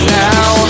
now